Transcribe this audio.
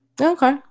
Okay